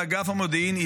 באגף המודיעין,